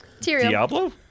Diablo